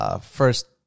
first